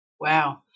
Wow